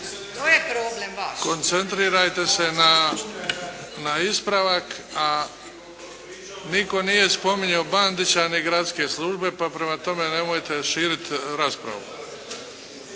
Luka (HDZ)** Koncentrirajte se na ispravak, a nitko nije spominjao Bandića ni gradske službe pa prema tome nemojte širiti raspravu.